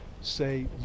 say